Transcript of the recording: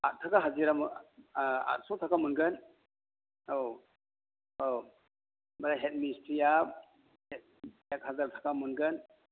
आथ थाखा हाजिरा आतस' थाखा मोनगोन औ औ बे हेड मिस्थ्रिआ एक एक हाजार थाखा मोनगोन